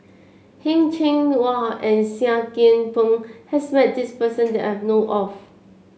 Heng Cheng Hwa and Seah Kian Peng has met this person that I know of